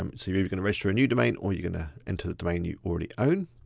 um so you're you're gonna register a new domain or you're gonna enter the domain you already own.